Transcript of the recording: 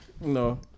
no